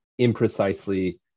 imprecisely